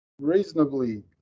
reasonably